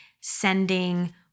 sending